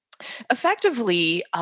effectively